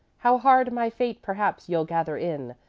how hard my fate perhaps you'll gather in,